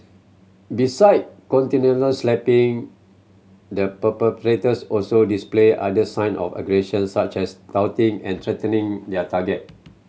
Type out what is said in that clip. beside continual slapping the perpetrators also displayed other sign of aggression such as taunting and threatening their target